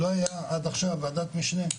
עד עכשיו לא הייתה ועדת משנה,